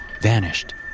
vanished